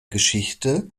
geschichte